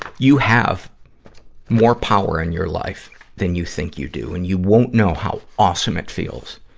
you have more power in your life than you think you do. and you won't know how awesome it feels